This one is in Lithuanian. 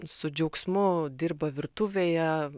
su džiaugsmu dirba virtuvėje